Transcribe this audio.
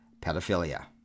pedophilia